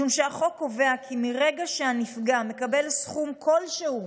משום שהחוק קובע כי מרגע שהנפגע מקבל סכום כלשהו